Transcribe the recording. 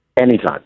Anytime